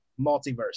multiverse